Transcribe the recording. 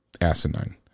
asinine